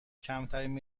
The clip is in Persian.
کمترین